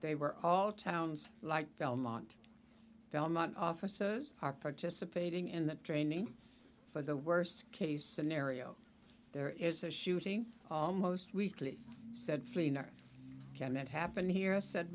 they were all towns like belmont belmont offices are participating in the training for the worst case scenario there is a shooting almost weekly said fleener can that happen here said